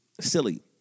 silly